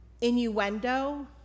innuendo